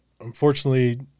unfortunately